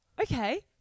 okay